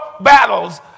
battles